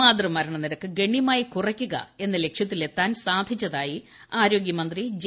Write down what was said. മാതൃ മരണ നിരക്ക് ഗണ്യമായി കുറയ്ക്കുക എന്ന ലക്ഷ്യത്തിലെത്താൻ സാധിച്ചതായി ആരോഗ്യമന്ത്രി ജെ